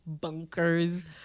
bunkers